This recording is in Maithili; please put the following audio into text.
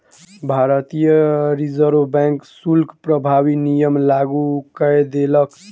भारतीय रिज़र्व बैंक शुल्क प्रभावी नियम लागू कय देलक